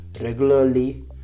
regularly